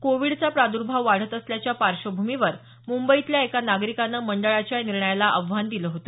कोविडचा प्रादुर्भाव वाढत असल्याच्या पार्श्वभूमीवर मुंबईतल्या एका नागरिकानं मंडळाच्या या निर्णयाला आव्हान दिल होत